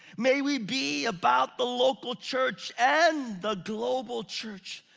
may we be about the local church and the global church.